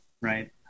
right